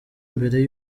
mbere